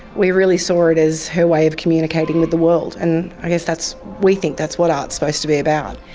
we really saw it as her way of communicating with the world and i guess that's. we think that's what art's supposed to be about.